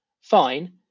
Fine